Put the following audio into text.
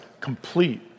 complete